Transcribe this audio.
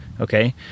okay